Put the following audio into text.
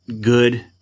good